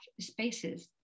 spaces